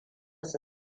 su